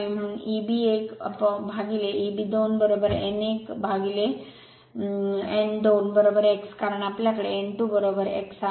म्हणून Eb 1 upon Eb 2 n 1 upon n 2 x कारण आपल्याकडे n 2 x आहे